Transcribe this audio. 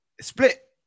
Split